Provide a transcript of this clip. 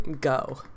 Go